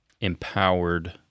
empowered